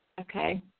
Okay